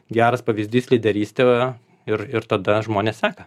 geras pavyzdys lyderystė ir ir tada žmonės seka